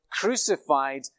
crucified